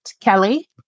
Kelly